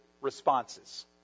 responses